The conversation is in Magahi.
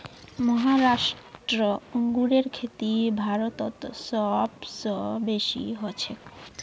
महाराष्ट्र अंगूरेर खेती भारतत सब स बेसी हछेक